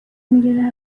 میگه